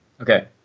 Okay